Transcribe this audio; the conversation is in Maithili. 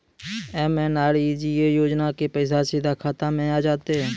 एम.एन.आर.ई.जी.ए योजना के पैसा सीधा खाता मे आ जाते?